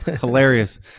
Hilarious